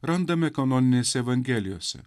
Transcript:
randami kanoninėse evangelijose